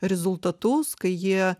rezultatus kai jie